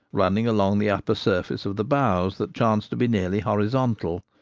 running along the upper surface of the boughs that chance to be nearly horizontal.